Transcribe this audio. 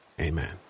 amen